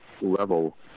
level